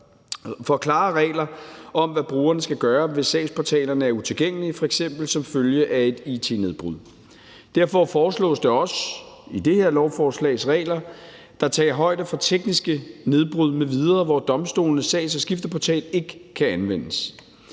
for klare regler for, hvad brugerne skal gøre, hvis sagsportalerne er utilgængelige, f.eks. som følge af et it-nedbrud. Derfor foreslås det i det her lovforslags regler, at der tages højde for tekniske nedbrud m.v., hvor domstolenes sags- og skifteportal ikke kan anvendes.